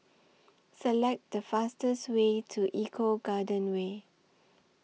Select The fastest Way to Eco Garden Way